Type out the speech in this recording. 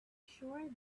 sure